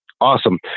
Awesome